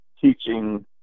teaching